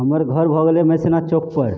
हमर घर भऽ गेलै मसीना चौकपर